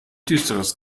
düsteres